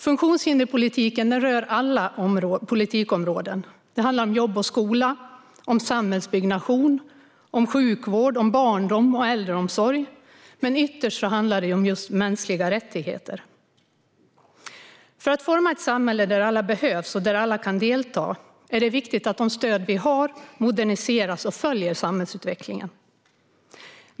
Funktionshinderspolitiken rör alla politikområden; det handlar om jobb och skola, om samhällsbyggnation, om sjukvård, om barndom och om äldreomsorg. Ytterst handlar det dock om mänskliga rättigheter. För att forma ett samhälle där alla behövs och där alla kan delta är det viktigt att de stöd vi har moderniseras och följer samhällsutvecklingen.